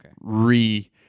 re